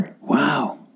Wow